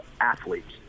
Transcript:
athletes